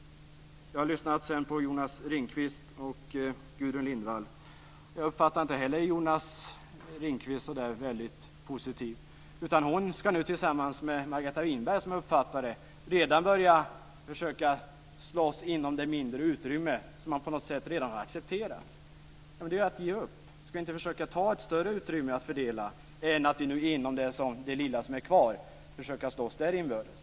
Jag har lyssnat på Jonas Ringqvist och Gudrun Lindvall. Jag uppfattade inte heller att Jonas Ringqvist var så där väldigt positiv. Han ska nu tillsammans med Margareta Winberg, som jag uppfattade det, redan börja försöka slåss inom det mindre utrymme som man på något sätt redan har accepterat. Ja, men det är ju att ge upp! Ska vi inte försöka ta ett större utrymme att fördela, hellre än att vi nu inom det lilla som är kvar ska försöka slåss inbördes?